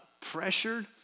pressured